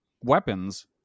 weapons